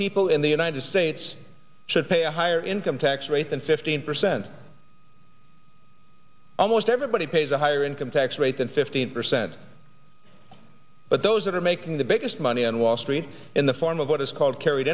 people in the united states should pay a higher income tax rate than fifteen percent almost everybody pays a higher income tax rate than fifteen percent but those that are making the biggest money on wall street in the form of what is called carried